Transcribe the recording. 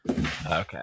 Okay